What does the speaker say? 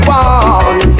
one